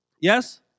Yes